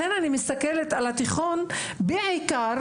לכן אני מסתכלת על התיכון בעיקר